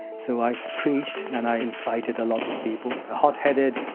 so i preached and i incited a lot of people, hot-headed,